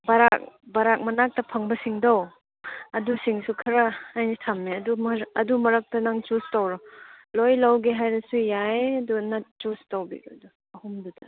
ꯕꯥꯔꯥꯛ ꯕꯥꯔꯥꯛ ꯃꯅꯥꯛꯇ ꯐꯪꯕꯁꯤꯡꯗꯣ ꯑꯗꯨꯁꯤꯡꯁꯨ ꯈꯔ ꯑꯩꯅ ꯊꯝꯃꯦ ꯑꯗꯨ ꯃꯔꯛꯇ ꯅꯪ ꯆꯨꯁ ꯇꯧꯔꯣ ꯂꯣꯏ ꯂꯧꯒꯦ ꯍꯥꯏꯔꯁꯨ ꯌꯥꯏ ꯑꯗꯨ ꯅꯪ ꯆꯨꯁ ꯇꯧꯕꯤꯔꯣꯗꯣ ꯑꯍꯨꯝꯗꯨꯗ